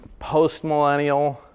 postmillennial